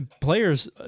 players